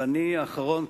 ואני האחרון,